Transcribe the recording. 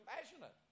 compassionate